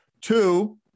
Two